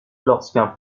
lorsqu’un